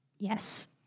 Yes